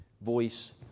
voice